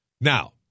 Now